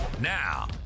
Now